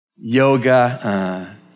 Yoga